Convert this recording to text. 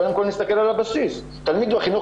קודם כל נסתכל הבסיס תלמיד בחינוך